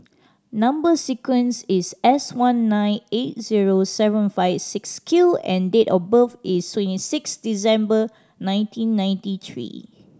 number sequence is S one nine eight zero seven five six Q and date of birth is twenty six December nineteen ninety three